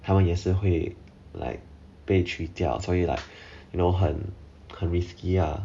他们也是会 like 被取掉所以 like you know 很 risky ah